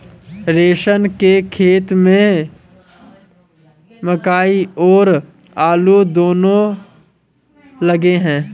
रोशन के खेत में मकई और आलू दोनो लगे हैं